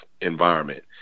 environment